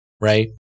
right